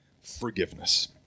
forgiveness